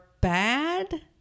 bad